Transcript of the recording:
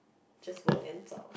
just work and zao